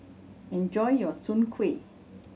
enjoy your Soon Kueh